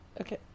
Okay